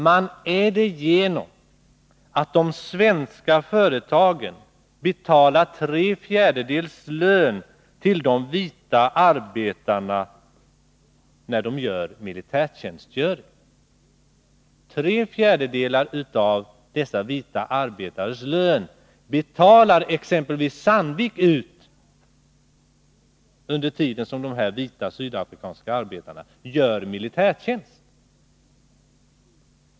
Man är det genom att de svenska företagen betalar tre fjärdedels lön till de vita arbetarna under deras militärtjänstgöring. Tre fjärdedelar av lönen till dessa vita arbetare betalar exempelvis Sandvik ut under tiden som dessa vita sydafrikanska arbetare gör militärtjänst.